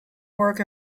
work